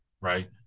Right